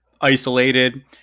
isolated